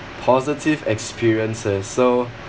positive experiences so